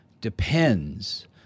depends